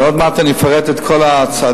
ועוד מעט אני אפרט את כל הצעדים,